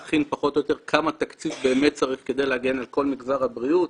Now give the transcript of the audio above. של משרד הבריאות וממונה על הגנת הסייבר במגזר הבריאות.